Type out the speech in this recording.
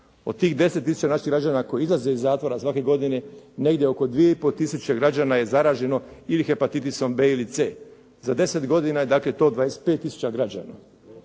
Od tih 10 tisuća naših građana koji izlaze iz zatvora svake godine, negdje oko 2500 građana je zaraženo ili hepatitisom b ili c. Za 10 godina je dakle to 25 tisuća građana.